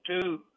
two